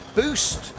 boost